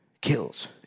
kills